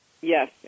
Yes